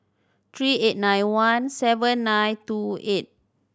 three eight nine one seven nine two eight